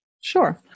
Sure